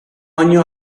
año